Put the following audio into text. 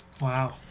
wow